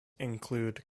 include